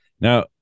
now